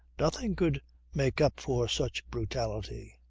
nothing could make up for such brutality.